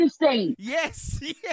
Yes